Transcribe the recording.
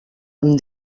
amb